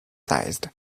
seized